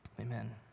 Amen